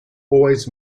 always